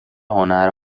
هنر